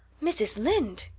mrs. lynde!